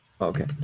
Okay